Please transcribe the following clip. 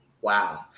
Wow